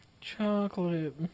Chocolate